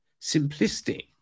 Simplistic